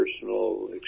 personal